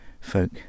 folk